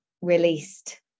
released